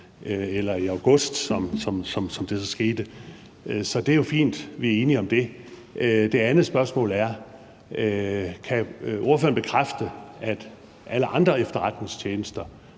eller i august, som det så skete. Så det er jo fint, at vi er enige om det. Det andet spørgsmål er: Kan ordføreren bekræfte, at alle andre efterretningstjenester